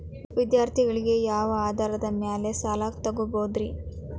ವಿದ್ಯಾರ್ಥಿಗಳು ಯಾವ ಆಧಾರದ ಮ್ಯಾಲ ಸಾಲ ತಗೋಬೋದ್ರಿ?